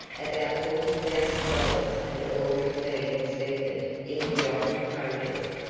about forty thousand dollars had already been expended in the yachting project.